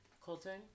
Colton